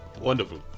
Wonderful